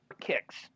kicks